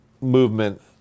movement